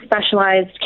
specialized